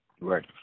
Right